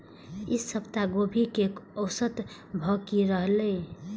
ई सप्ताह गोभी के औसत भाव की रहले?